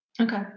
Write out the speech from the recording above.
Okay